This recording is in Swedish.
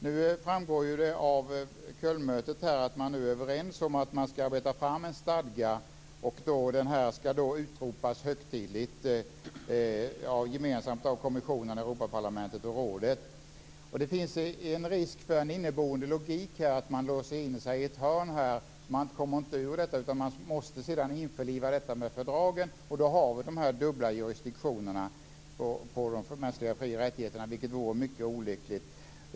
Nu framgår det av Kölnmötet att man är överens om att man skall arbeta fram en stadga och att den högtidligen skall utropas gemensamt av kommissionen, Europaparlamentet och rådet. Det finns en risk för en inneboende logik, för att man låser in sig i ett hörn så att man inte kommer ur detta utan måste införliva det med fördragen. Och då har vi dubbla jurisdiktioner när det gäller de mänskliga fri och rättigheterna, vilket vore mycket olyckligt.